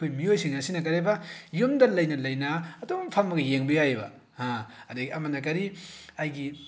ꯑꯩꯈꯣꯏ ꯃꯤꯑꯣꯏꯁꯤꯡ ꯑꯁꯤꯅ ꯀꯔꯤ ꯍꯥꯏꯕ ꯌꯨꯝꯗ ꯂꯩꯅ ꯂꯩꯅ ꯑꯗꯨꯝ ꯐꯝꯃꯒ ꯌꯦꯡꯕ ꯌꯥꯏꯑꯕ ꯑꯃꯅ ꯀꯔꯤ ꯑꯩꯒꯤ